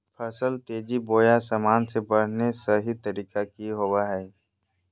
फसल तेजी बोया सामान्य से बढने के सहि तरीका कि होवय हैय?